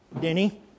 Denny